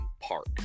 park